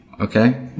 Okay